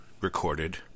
recorded